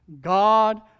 God